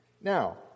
Now